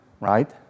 right